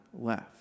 left